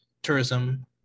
tourism